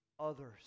others